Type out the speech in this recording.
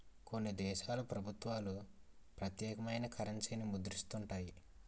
కొన్ని దేశాల ప్రభుత్వాలు ప్రత్యేకమైన కరెన్సీని ముద్రిస్తుంటాయి